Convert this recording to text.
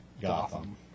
Gotham